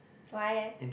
why eh